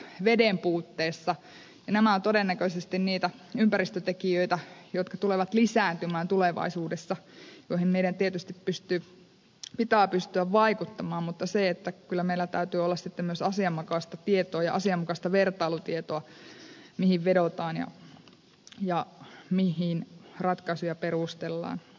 nämä ovat todennäköisesti niitä ympäristötekijöitä jotka tulevat lisääntymään tulevaisuudessa joihin meidän tietysti pitää pystyä vaikuttamaan mutta kyllä meillä täytyy olla sitten myös asianmukaista tietoa ja asianmukaista vertailutietoa mihin vedotaan ja millä ratkaisuja perustellaan